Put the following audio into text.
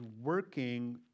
working